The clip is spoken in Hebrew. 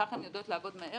וכך הן יודעות לעבוד מהר,